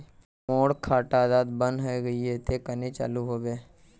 मोर खाता डा बन है गहिये ते कन्हे चालू हैबे?